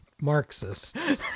Marxists